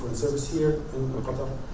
service here in qatar.